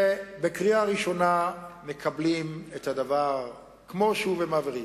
שבקריאה ראשונה מקבלים את הדבר כמו שהוא ומעבירים,